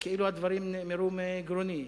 כאילו הדברים נאמרו מגרוני.